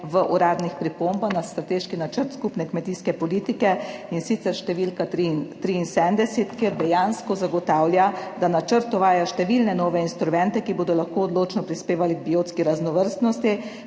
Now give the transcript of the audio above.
v uradnih pripombah na Strateški načrt skupne kmetijske politike, in sicer številka 73, kjer dejansko zagotavlja, da načrt uvaja številne nove instrumente, ki bodo lahko odločno prispevali k biotski raznovrstnosti,